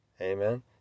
Amen